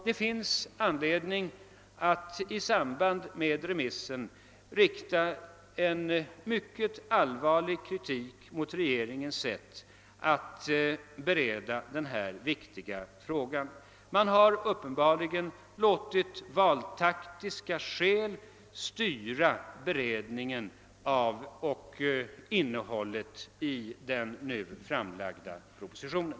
Det finns anledning att i samband med remissen rikta en mycket allvarlig kritik mot regeringens sätt att bereda denna viktiga fråga. Man har uppenbarligen låtit valtaktiska skäl styra beredningen av och innehållet i den nu framlagda propositionen.